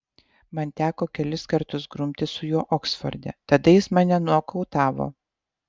man teko kelis kartus grumtis su juo oksforde tada jis mane nokautavo